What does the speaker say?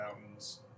mountains